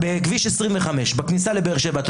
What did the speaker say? בכביש 25 בכניסה לבאר שבע.